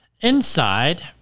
inside